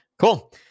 Cool